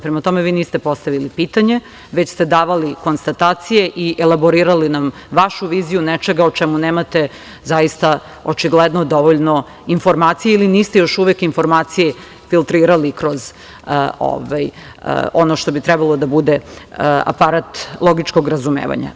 Prema tome, vi niste postavili pitanje već ste davali konstatacije i elaborirali nam vašu viziju nečega o čemu nemate zaista očigledno dovoljno informacija ili niste još uvek informacije filtrirali kroz ono što bi trebalo da bude aparat logičnog razumevanja.